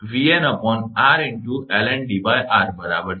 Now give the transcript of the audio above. ln𝐷𝑟 બરાબર છે